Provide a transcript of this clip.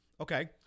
Okay